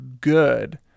good